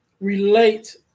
relate